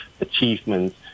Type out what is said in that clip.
achievements